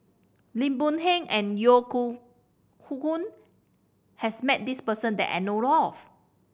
Lim Boon Heng and Yeo Hoe Koon has met this person that I know of